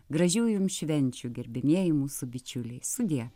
gražių jums švenčių gerbiamieji mūsų bičiuliai sudie